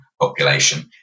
population